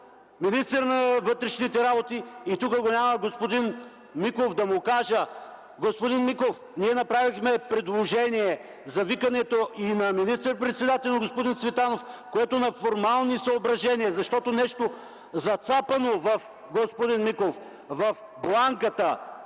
министър на вътрешните работи. И тук го няма господин Миков, за да му кажа: господин Миков, ние направихме предложение за викането и на министър-председателя, и на господин Цветанов, което по формални съображения, защото нещо е зацапано в бланката